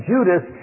Judas